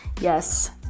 yes